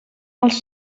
els